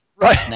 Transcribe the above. Right